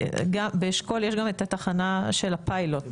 באשכול יש גם את התחנה של הפיילוט,